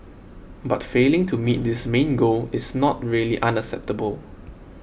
but failing to meet this main goal is not really unacceptable